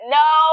no